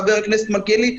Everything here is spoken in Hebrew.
חבר הכנסת מלכיאלי,